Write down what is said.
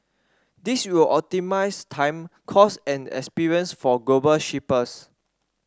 this will time cost and experience for global shippers